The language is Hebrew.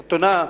חתונה,